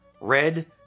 red